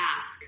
ask